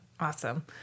Awesome